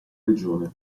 regione